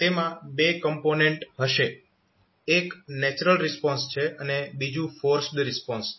તેમાં બે કોમ્પોનેન્ટ હશે એક નેચરલ રિસ્પોન્સ છે અને બીજું ફોર્સ્ડ રિસ્પોન્સ છે